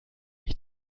ich